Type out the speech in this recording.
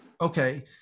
Okay